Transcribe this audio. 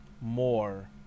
more